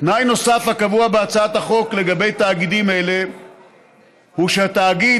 תנאי נוסף הקבוע בהצעת החוק לגבי תאגידים אלה הוא שהתאגיד